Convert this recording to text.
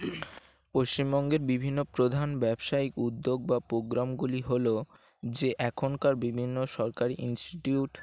পশ্চিমবঙ্গের বিভিন্ন প্রধান ব্যবসায়িক উদ্যোগ বা প্রোগ্রামগুলি হলো যে এখনকার বিভিন্ন সরকারি ইনস্টিটিউট